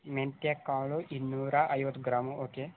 ಮೆಂತ್ಯ ಕಾಳು ಇನ್ನೂರಾ ಐವತ್ತು ಗ್ರಾಮು ಓಕೆ